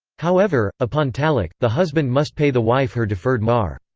however, upon talaq, the husband must pay the wife her deferred mahr.